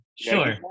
sure